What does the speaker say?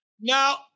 now